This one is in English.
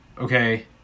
okay